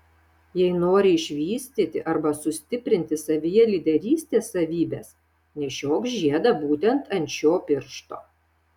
jei nori išvystyti arba sustiprinti savyje lyderystės savybes nešiok žiedą būtent ant šio piršto